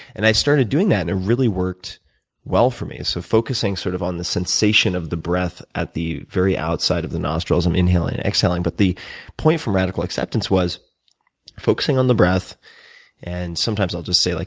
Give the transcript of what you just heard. and i started doing that and it really worked well for me so focusing sort of on the sensation of the breath at the very outside of the nostrils, um inhaling and exhaling. but the point from radical acceptance was focusing on the breath and sometimes i'll just say, like